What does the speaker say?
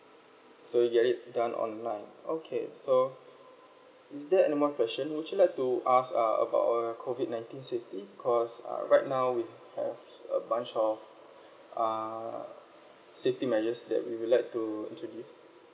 so you'll get it done online okay so is there anymore question would you like to ask uh about uh COVID nineteen safety cause uh right now we have a bunch of err safety measures that we would like to introduce